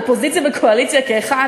אופוזיציה וקואליציה כאחת,